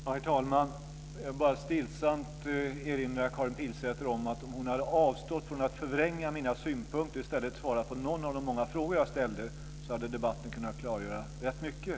Herr talman! Låt mig bara stillsamt erinra Karin Pilsäter om att om hon hade avstått från att förvränga mina synpunkter och i stället svarat på någon av de många frågor jag ställde hade debatten kunnat klargöra rätt mycket.